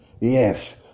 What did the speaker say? Yes